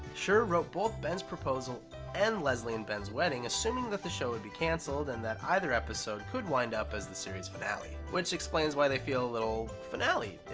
schur wrote both ben's proposal and leslie and ben's wedding assuming that the show would be canceled and that either episode could wind up as the series finale. which explains why they feel a little finale-ish.